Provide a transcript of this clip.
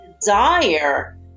desire